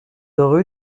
rue